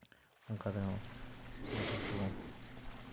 ᱚᱱᱠᱟ ᱛᱮᱦᱚᱸ ᱜᱩᱰᱩ ᱠᱚ